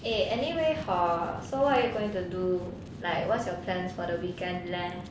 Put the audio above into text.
eh anyway hor so what are you going to do like what's your plans for the weekend leh